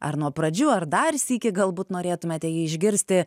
ar nuo pradžių ar dar sykį galbūt norėtumėte jį išgirsti